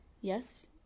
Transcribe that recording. Yes